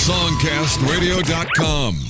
Songcastradio.com